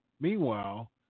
Meanwhile